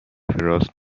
راست